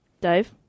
Dave